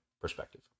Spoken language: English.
perspective